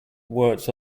words